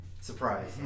surprise